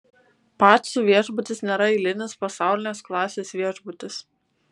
pacų viešbutis nėra eilinis pasaulinės klasės viešbutis